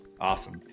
Awesome